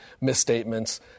misstatements